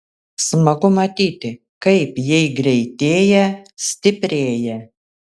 smagu matyti kaip jei greitėja stiprėja